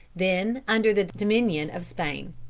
then under the dominion of spain.